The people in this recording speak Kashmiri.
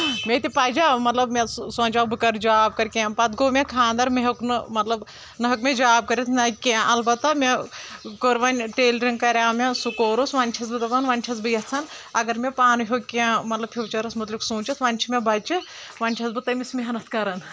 مےٚ تہِ پریاو مطلب مےٚ سُہ سونٛچیاو بہٕ کرٕ جاب کرٕ کینٛہہ پتہٕ گوٚو مےٚ کھانٛدر مےٚ ہٮ۪وٚک نہٕ مطلب نہ ہٮ۪وٚکھ مےٚ جاب کٔرتھ نہ کینٛہہ البتہ مےٚ کٔر وۄنۍ ٹیلرنٛگ کریاو مےٚ سُہ کورُس وۄنۍ چھس بہٕ دپان وۄنۍ چھس بہٕ یژھان اگر مےٚ پانہٕ ہٮ۪وٚکھ کینٛہہ مطلب فیوٗچرس مُتلِق سوٗنٛچِتھ وۄنۍ چھِ مےٚ بچہِ وۄنۍ چھس بہٕ تٔمِس محنت کران